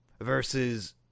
Versus